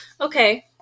Okay